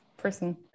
person